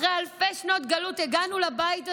אחרי אלפי שנות גלות הגענו לבית הזה,